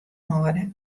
hâlde